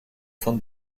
von